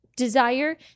desire